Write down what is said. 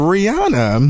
Rihanna